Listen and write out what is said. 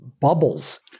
bubbles